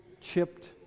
chipped